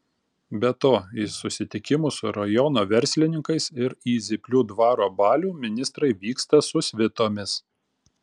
be to į susitikimus su rajono verslininkais ir į zyplių dvaro balių ministrai vyksta su svitomis